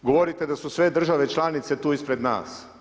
Govorite da su sve države članice tu ispred nas.